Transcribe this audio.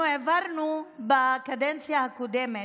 אנחנו העברנו בקדנציה הקודמת,